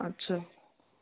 अच्छा